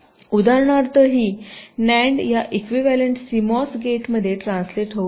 उदाहरणार्थ ही NAND या इक्विव्हॅलेंट सिमॉस गेटमध्ये ट्रान्सलेट होऊ शकते